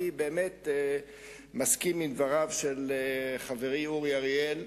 אני באמת מסכים עם דבריו של חברי אורי אריאל.